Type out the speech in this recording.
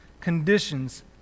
conditions